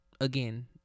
again